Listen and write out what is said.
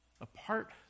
apart